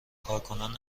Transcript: کارکنان